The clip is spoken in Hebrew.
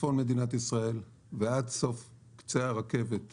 מצפון מדינת ישראל ועד קצה הרכבת בדימונה,